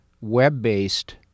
web-based